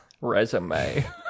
resume